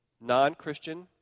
non-Christian